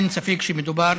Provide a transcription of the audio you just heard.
אין ספק שמדובר